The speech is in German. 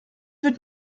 wird